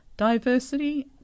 diversity